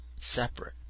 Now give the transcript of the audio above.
Separate